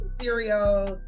cereals